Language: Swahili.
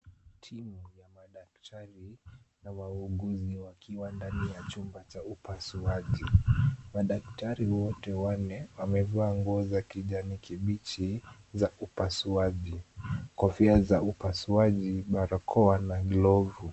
Timu ya madaktari na wauguzi wakiwa ndani ya chumba cha upasuaji. Madaktari wote wanne wamevaa nguo za kijani kibichi za upasuaji, kofia za upasuaji, barakoa na glovu.